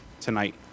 tonight